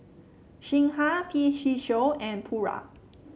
Singha P C Show and Pura